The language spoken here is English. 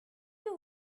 you